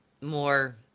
more